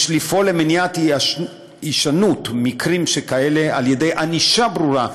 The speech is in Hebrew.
יש לפעול למניעת הישנות מקרים כאלה על-ידי ענישה ברורה,